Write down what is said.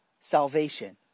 salvation